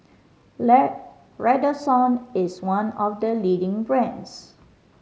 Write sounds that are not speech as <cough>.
<unintelligible> Redoxon is one of the leading brands